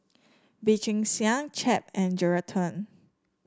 Bee Cheng Hiang Chap and Geraldton